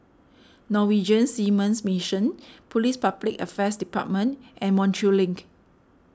Norwegian Seamen's Mission Police Public Affairs Department and Montreal Link